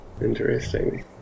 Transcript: interesting